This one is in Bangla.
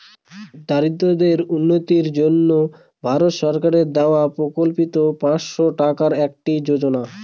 দরিদ্রদের উন্নতির জন্য ভারত সরকারের দেওয়া প্রকল্পিত পাঁচশো টাকার একটি যোজনা